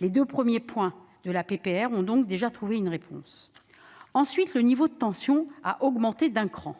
Les deux premiers points de la proposition de résolution ont donc déjà trouvé une réponse. Ensuite, le niveau de tensions a augmenté d'un cran :